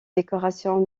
décorations